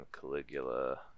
Caligula